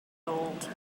gold